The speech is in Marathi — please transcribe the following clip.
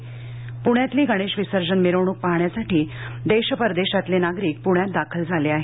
प्ण्यातली गणेश विसर्जन मिरवणूक पाहण्यासाठी देश परदेशातले नागरिक प्रण्यात दाखल झाले आहेत